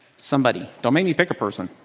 somebody. don't make me pick a person,